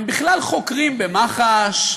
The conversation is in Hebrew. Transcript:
הם בכלל חוקרים במח"ש,